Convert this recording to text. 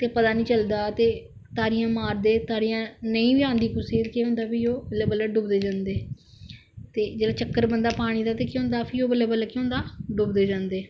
पता नेईं चलदा ते तारियां मारदे तारियां नेईं बी आंदी कुसै गी ते केह् होंदा कि ओह् बल्लें बल्लें डुबदे जंदे ते जिसले चक्कर बनदा पानी दा केह होंदा फ्ही ओह् बल्लें बल्लें केह् होंदा डुबदे जंदे